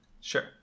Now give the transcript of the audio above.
Sure